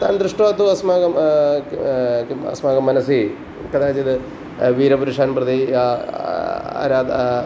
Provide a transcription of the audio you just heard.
तान् दृष्ट्वा तु अस्माकं किम् अस्माकं मनसि कदाचित् वीरपुरुषान् प्रति आराधना